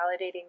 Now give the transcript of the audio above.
validating